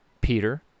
Peter